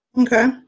Okay